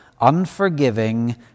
unforgiving